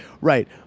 Right